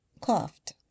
coughed